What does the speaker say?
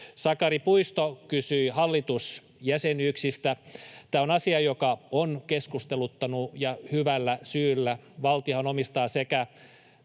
Sakari Puisto kysyi hallitusjäsenyyksistä. Tämä on asia, joka on keskusteluttanut ja hyvällä syyllä. Valtiohan omistaa